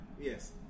Yes